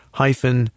hyphen